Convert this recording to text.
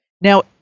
Now